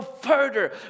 further